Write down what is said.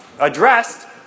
addressed